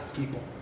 people